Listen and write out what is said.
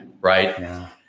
right